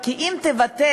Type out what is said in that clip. כי אם תבטל,